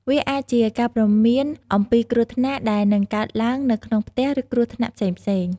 វាអាចជាការព្រមានអំពីគ្រោះថ្នាក់ដែលនឹងកើតឡើងនៅក្នុងផ្ទះ ឬគ្រោះថ្នាក់ផ្សេងៗ។